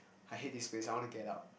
I hate this place I wanna get out